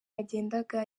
yagendaga